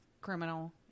criminal